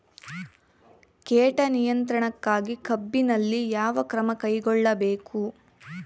ಕೇಟ ನಿಯಂತ್ರಣಕ್ಕಾಗಿ ಕಬ್ಬಿನಲ್ಲಿ ಯಾವ ಕ್ರಮ ಕೈಗೊಳ್ಳಬೇಕು?